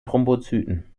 thrombozyten